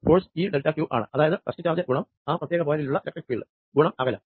force ഈ delta q ആണ് അതായത് ടെസ്റ്റ് ചാർജ് ഗുണം ആ പ്രത്യേക പോയിന്റിലുള്ള ഇലക്ട്രിക്ക് ഫീൽഡ് ഗുണം അകലം